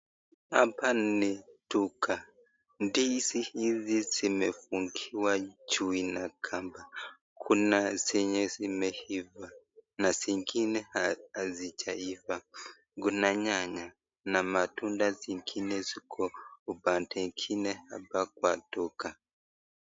Hapa ni duka. Ndizi hizi zimefungiwa juu na kamba. Kuna zenye zimeiva na zingine hazijaiva. Kuna nyanya na matunda zingine ziko upande ingine hapa kwa duka.